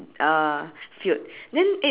then there's one empty potato sack